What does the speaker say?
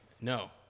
No